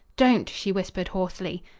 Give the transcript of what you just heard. don't! she whispered hoarsely.